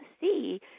see